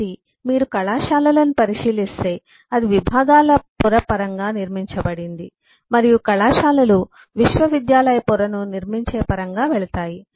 కాబట్టి మీరు కళాశాలలను పరిశీలిస్తే అది విభాగాల పొర పరంగా నిర్మించబడింది మరియు కళాశాలలు విశ్వవిద్యాలయ పొరను నిర్మించే పరంగా వెళ్తాయి